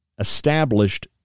Established